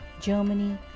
Germany